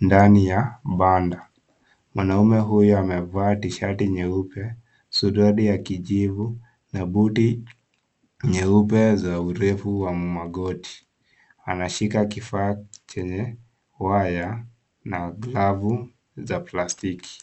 ndani ya banda. Mwanaume huyu amevaa T-shirt nyeupe, suruali ya kijivu na buti nyeupe za urefu wa magoti. Anashika kifaa chenye waya na glavu za plastiki.